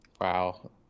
Wow